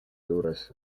juures